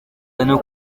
hano